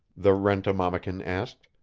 the rent-a-mammakin asked,